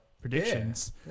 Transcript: predictions